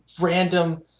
random